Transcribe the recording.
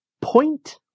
point